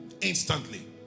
Instantly